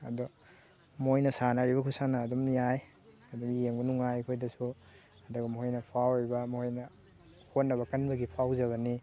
ꯑꯗꯣ ꯃꯣꯏꯅ ꯁꯥꯟꯅꯔꯤꯕ ꯈꯨꯠꯁꯥꯟꯅ ꯑꯗꯨꯝ ꯌꯥꯏ ꯑꯗꯨꯝ ꯌꯦꯡꯕ ꯅꯨꯡꯉꯥꯏ ꯑꯩꯈꯣꯏꯗꯁꯨ ꯑꯗꯨꯒ ꯃꯣꯏꯅ ꯐꯥꯎꯔꯤꯕ ꯃꯣꯏꯅ ꯍꯣꯠꯅꯕ ꯀꯟꯕꯒꯤ ꯐꯥꯎꯖꯕꯅꯤ